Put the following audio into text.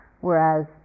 Whereas